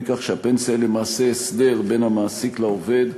כך שהפנסיה למעשה היא הסדר בין המעסיק לעובד,